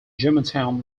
germantown